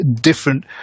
different